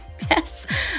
yes